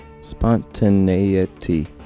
Spontaneity